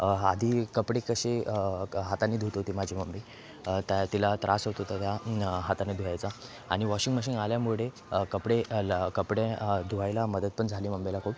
आधी कपडे कशी हातानी धूत होती माझी मम्मी त्या तिला त्रास होत होता त्या हाताने धुवायचा आणि वॉशिंग मशींग आल्यामुळे कपडे ल कपडे धुवायला मदत पण झाली मम्मीला खूप